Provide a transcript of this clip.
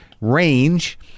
range